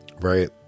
right